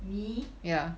me